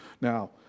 Now